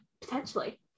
potentially